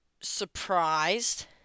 surprised